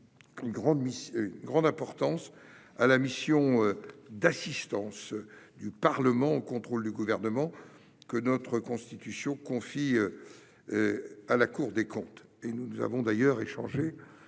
une grande importance à la mission d'assistance du Parlement au contrôle du Gouvernement, que notre Constitution confie à la Cour des comptes. Nous avons d'ailleurs pu échanger,